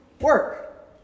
work